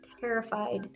terrified